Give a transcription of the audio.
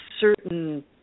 certain